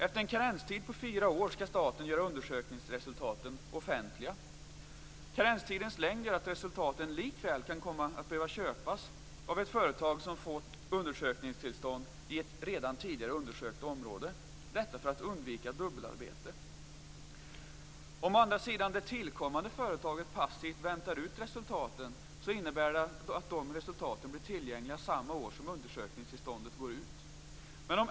Efter en karenstid på fyra år skall staten göra undersökningsresultaten offentliga. Karenstidens längd gör att resultaten likväl kan komma att behöva köpas av ett företag som fått undersökningstillstånd i ett redan tidigare undersökt område - detta för att undvika dubbelarbete. Om å andra sidan det tillkommande företaget passivt väntar ut resultaten innebär det att resultaten blir tillgängliga samma år som undersökningstillståndet går ut.